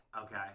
Okay